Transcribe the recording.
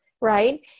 right